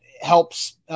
helps –